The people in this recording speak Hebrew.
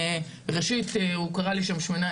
ראשית הוא קרא לי שם שמנה,